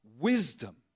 wisdom